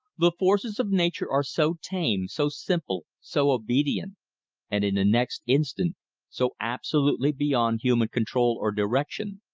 the forces of nature are so tame, so simple, so obedient and in the next instant so absolutely beyond human control or direction,